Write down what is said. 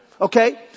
Okay